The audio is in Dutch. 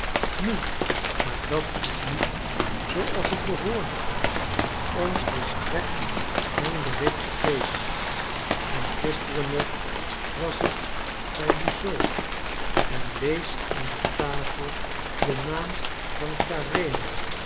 nu maar dat is niet zoo als het behoort ons volstrekt geen bericht te geven en gisteren nog was ik bij dusseau en lees aan de tafel den naam van